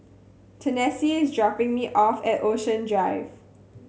Tennessee is dropping me off at Ocean Drive